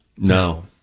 No